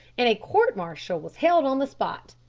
and a court-martial was held on the spot.